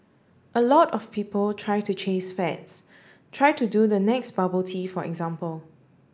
a lot of people try to chase fads try to do the next bubble tea for example